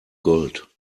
gold